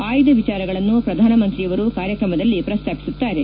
ಆಯ್ದ ವಿಚಾರಗಳನ್ನು ಪ್ರಧಾನಮಂತ್ರಿಯವರು ಕಾರ್ಯಕ್ರಮದಲ್ಲಿ ಪ್ರಸ್ತಾಪಿಸುತ್ತಾರೆ